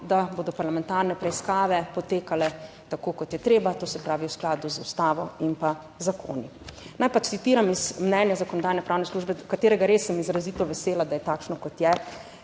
da bodo parlamentarne preiskave potekale tako, kot je treba, to se pravi v skladu z ustavo in zakoni. Naj pa citiram iz mnenja Zakonodajno-pravne službe, katerega res sem izrazito vesela, da je takšno, kot je